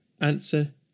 Answer